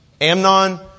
Amnon